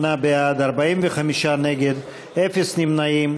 58, בעד, 45, נגד, אפס נמנעים.